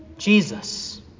Jesus